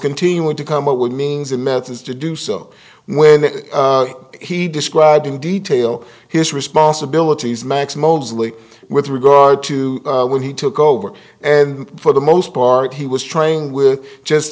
continuing to come up with means and methods to do so when he described in detail his responsibilities max mosley with regard to when he took over and for the most part he was trying with just